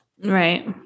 right